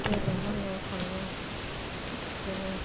बे लेंहरनायाव थाङो बिदिनो